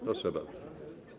Proszę bardzo.